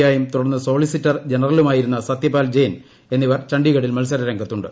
യായും തുടർന്ന് സൊളിസിറ്റർ ജനറലുമായിരുന്ന സത്യപാൽ ജെയിൻ എന്നിവർ ചാണ്ഡിഗഡിൽ മത്സരരംഗത്തുണ്ട്